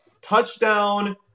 Touchdown